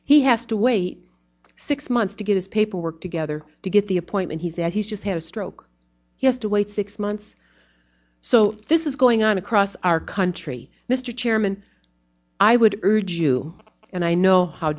he has to wait six months to get his paperwork together to get the appointment he says he's just had a stroke yes to wait six months so this is going on across our country mr chairman i would urge you and i know how